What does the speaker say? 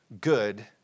good